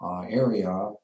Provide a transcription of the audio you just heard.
area